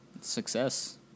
success